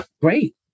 great